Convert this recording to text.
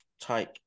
take